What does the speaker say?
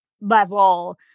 level